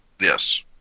Yes